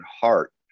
heart